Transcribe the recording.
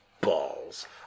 balls